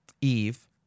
Eve